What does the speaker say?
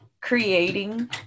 creating